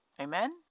Amen